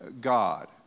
God